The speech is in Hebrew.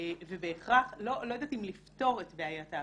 ובהכרח לא יודעת אם לפתור את בעיית האפליה,